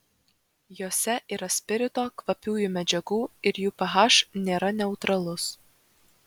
jose yra spirito kvapiųjų medžiagų ir jų ph nėra neutralus